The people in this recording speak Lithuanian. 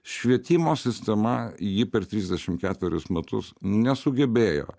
švietimo sistema ji per trisdešimt ketverius metus nesugebėjo